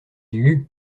lut